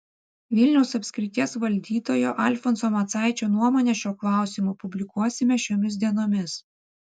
vilniaus apskrities valdytojo alfonso macaičio nuomonę šiuo klausimu publikuosime šiomis dienomis